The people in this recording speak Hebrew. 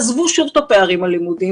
עזבו את הפערים הלימודיים,